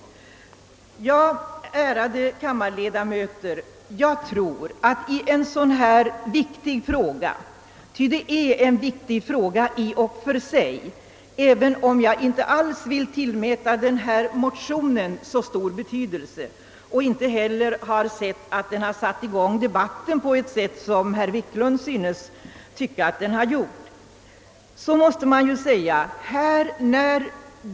Ärade kammarledamöter! Detta är i och för sig en viktig sak, även om jag inte alls vill tillmäta motionen så stor betydelse och inte heller har sett att den har satt i gång debatten på ett sådant sätt som herr Wiklund synes tycka.